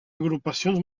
agrupacions